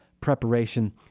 preparation